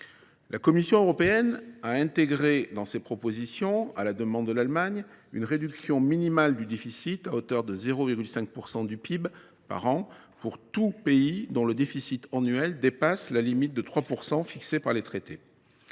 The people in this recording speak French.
La Commission européenne a intégré dans ses propositions, à la demande de l’Allemagne, une réduction minimale du déficit à hauteur de 0,5 % du PIB par an pour tout pays dont le déficit annuel dépasse la limite de 3 % fixée par les traités.